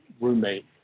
roommate